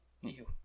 Ew